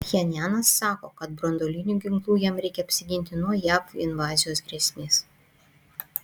pchenjanas sako kad branduolinių ginklų jam reikia apsiginti nuo jav invazijos grėsmės